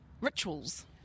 rituals